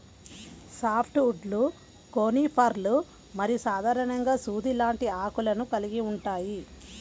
soft వుడ్లు కోనిఫర్లు మరియు సాధారణంగా సూది లాంటి ఆకులను కలిగి ఉంటాయి